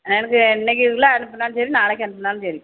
எனக்கு இன்னைக்கிக்குள்ளே அனுப்புனாலும் சரி நாளைக்கு அனுப்புனாலும் சரி